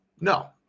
No